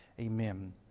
amen